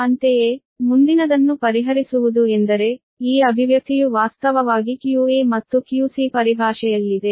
ಅಂತೆಯೇ ಮುಂದಿನದನ್ನು ಪರಿಹರಿಸುವುದು ಎಂದರೆ ಈ ಅಭಿವ್ಯಕ್ತಿಯು ವಾಸ್ತವವಾಗಿ qa ಮತ್ತು qc ಪರಿಭಾಷೆಯಲ್ಲಿದೆ